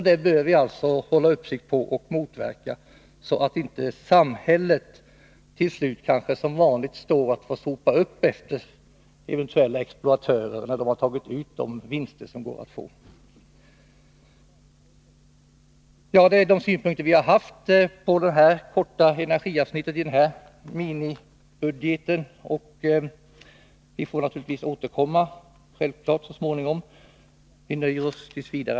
Dem bör vi hålla uppsikt över och motverka, så att inte energipolitiska samhället som vanligt till slut får sopa upp efter eventuella exploatörer, när åtgärder de har tagit ut de vinster som går att få. Detta var våra synpunkter på det korta energiavsnittet i denna ”minibudget”. Vi får naturligtvis återkomma till de här frågorna så småningom.